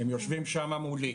הם יושבים שם מולי.